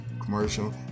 commercial